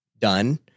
done